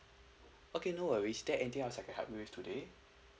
okay no worries is there anything else I can help you with today